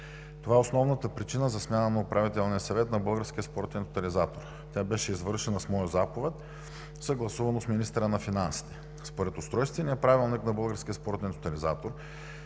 Това е основната причина за смяна на Управителния съвет на Българския спортен тотализатор. Тя беше извършена с моя заповед, съгласувано с министъра на финансите. Според Устройствения правилник на Българския спортен тотализатор